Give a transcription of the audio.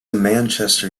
manchester